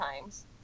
times